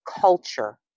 culture